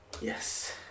Yes